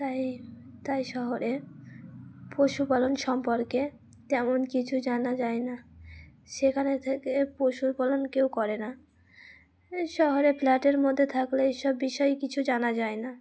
তাই তাই শহরে পশুপালন সম্পর্কে তেমন কিছু জানা যায় না সেখানে থেকে পশুপালন কেউ করে না শহরে ফ্ল্যাটের মধ্যে থাকলে এইসব বিষয়ে কিছু জানা যায় না